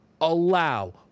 allow